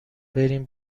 بریم